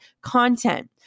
content